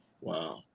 Wow